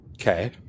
Okay